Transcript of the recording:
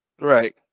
right